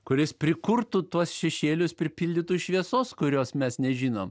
kuris prikurtų tuos šešėlius pripildytų šviesos kurios mes nežinom